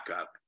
up